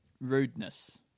rudeness